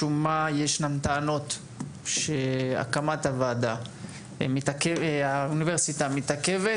משום מה ישנן טענות שהקמת האוניברסיטה מתעכבת